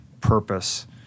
purpose